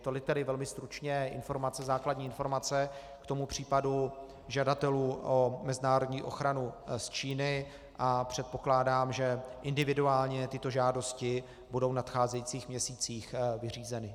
Tolik tedy velmi stručně základní informace k tomu případu žadatelů o mezinárodní ochranu z Číny a předpokládám, že individuálně tyto žádosti budou v nadcházejících měsících vyřízeny.